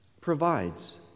provides